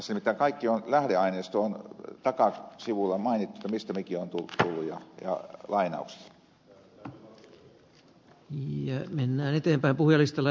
tässä nimittäin kaikki lähdeaineisto on takasivulla mainittu mistä mikin on tullut ja lainaukset